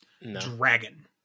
Dragon